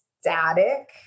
static